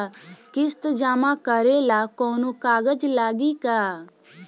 किस्त जमा करे ला कौनो कागज लागी का?